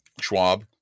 Schwab